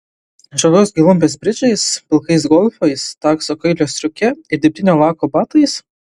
žalios gelumbės bridžais pilkais golfais takso kailio striuke ir dirbtinio lako batais